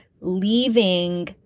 leaving